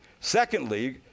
Secondly